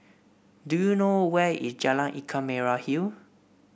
do you know where is Jalan Ikan Merah Hill